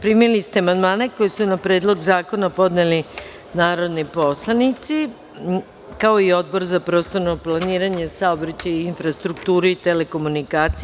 Primili ste amandmane koje su na Predlog zakona podneli narodni poslanici, kao i Odbor za prostorno planiranje, saobraćaj, infrastrukturu i telekomunikacije.